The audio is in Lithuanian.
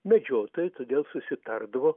medžiotojai todėl susitardavo